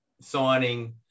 signing